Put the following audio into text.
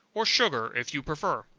or sugar, if you prefer